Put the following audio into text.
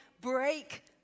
break